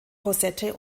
rosette